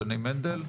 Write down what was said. שני מנדל.